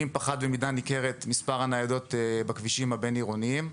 פחת במידה ניכרת מספר הניידות בכבישים הבין-עירוניים.